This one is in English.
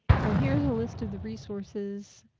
so here's a list of the resources